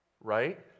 right